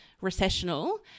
recessional